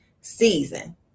season